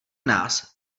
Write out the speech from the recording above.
nás